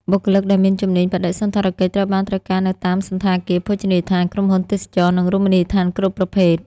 បុគ្គលិកដែលមានជំនាញបដិសណ្ឋារកិច្ចត្រូវបានត្រូវការនៅតាមសណ្ឋាគារ ភោជនីយដ្ឋាន ក្រុមហ៊ុនទេសចរណ៍ និងរមណីយដ្ឋានគ្រប់ប្រភេទ។